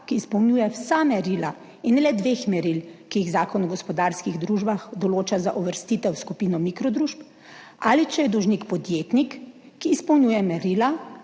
ki izpolnjuje vsa merila in le dve merili, ki jih Zakon o gospodarskih družbah določa za uvrstitev v skupino mikro družb, ali če je dolžnik podjetnik, ki izpolnjuje merila,